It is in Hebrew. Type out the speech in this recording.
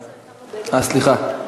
סליחה.